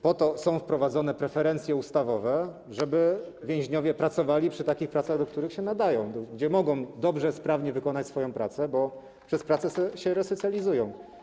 Po to są wprowadzone preferencje ustawowe, żeby więźniowie pracowali przy takich pracach, do których się nadają, gdzie mogą dobrze, sprawnie wykonać swoją pracę, bo przez pracę się resocjalizują.